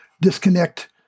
Disconnect